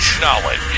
Knowledge